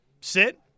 sit